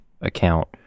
account